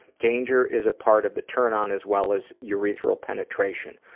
danger is a part of the turn-on as well as urethral penetration.